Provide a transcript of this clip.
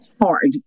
hard